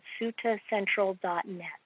suttacentral.net